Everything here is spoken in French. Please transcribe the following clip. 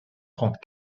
trente